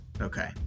Okay